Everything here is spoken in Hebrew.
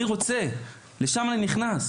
ולשם אני נכנס.